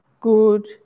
good